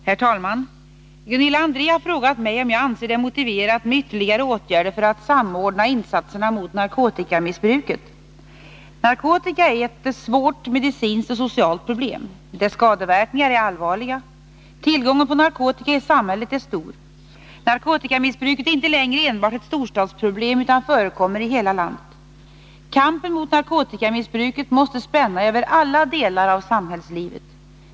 Herr talman! Gunilla André har frågat mig om jag anser det motiverat med ytterligare åtgärder för att samordna insatserna mot narkotikamissbruket. Narkotika är ett svårt medicinskt och socialt problem. Dess skadeverkningar är allvarliga. Tillgången på narkotika i samhället är stor. Narkotikamissbruket är inte längre enbart ett storstadsproblem utan förekommer i hela landet. Kampen mot narkotikamissbruket måste spänna över alla delar av samhällslivet.